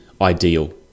ideal